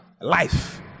Life